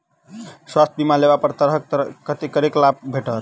स्वास्थ्य बीमा लेबा पर केँ तरहक करके लाभ भेटत?